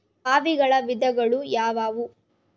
ಬಾವಿಗಳ ವಿಧಗಳು ಯಾವುವು?